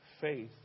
faith